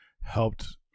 helped